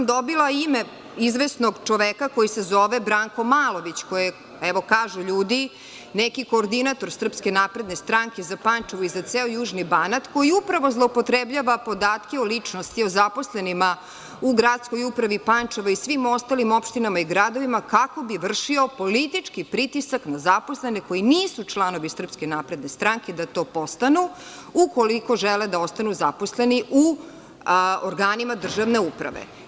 Dobila sam ime izvesnog čoveka koji se zove Branko Malović, koji je, kažu ljudi, neki koordinator SNS za Pančevo i za ceo južni Banat, koji upravo zloupotrebljava podatke o ličnosti o zaposlenima u gradskoj upravi Pančeva i svim ostalim opštinama i gradovima, kako bi vršio politički pritisak na zaposlene koji nisu članovi SNS da to postanu, ukoliko žele da ostanu zaposleni u organima državne uprave.